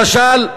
למשל,